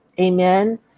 Amen